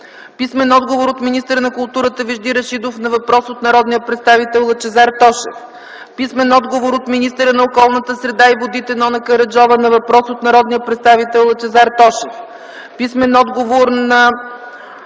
Писмен отговор от министъра на културата Вежди Рашидов на въпрос от народния представител Лъчезар Тошев. Писмен отговор от министъра на околната среда и водите Нона Караджова на въпрос от народния представител Лъчезар Тошев. Писмен отговор от